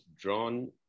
drawn